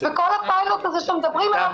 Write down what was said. וכל הפיילוט הזה שאתם מדברים עליו